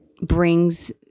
brings